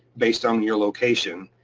based on your location.